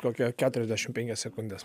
kokia keturiasdešim penkias sekundes